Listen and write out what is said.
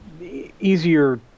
easier